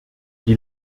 die